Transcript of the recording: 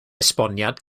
esboniad